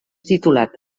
titulat